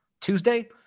Tuesday